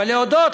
אבל להודות.